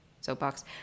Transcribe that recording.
soapbox